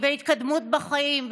התקדמות בחיים,